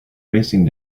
racing